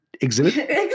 exhibit